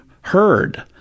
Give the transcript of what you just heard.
heard